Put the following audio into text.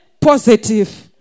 Positive